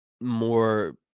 more